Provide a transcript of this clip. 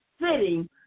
sitting